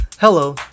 Hello